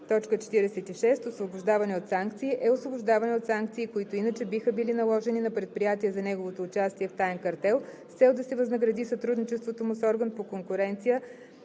46. „Освобождаване от санкции“ е освобождаване от санкции, които иначе биха били наложени на предприятие за неговото участие в таен картел, с цел да се възнагради сътрудничеството му с орган по конкуренция